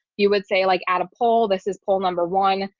you would say like add a poll, this is poll number one.